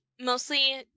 mostly